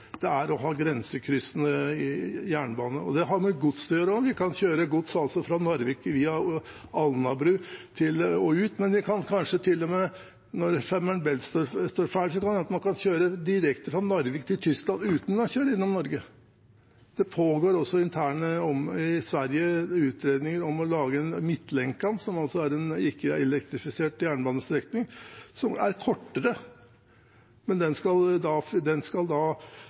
det gjelder europeisk jernbane: det å få en forståelse for hvor viktig det er å ha grensekryssende jernbane. Det har med gods å gjøre også. Vi kan kjøre gods fra Narvik via Alnabru og ut, men kan hende kan vi, når Femern Bælt står ferdig, kjøre direkte fra Narvik til Tyskland uten å kjøre innom Norge. Det pågår også interne utredninger i Sverige om å lage en ikke-elektrifisert jernbanestrekning, som er kortere, men den skal da